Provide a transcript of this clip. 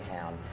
Town